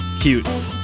Cute